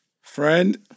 Friend